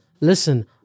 listen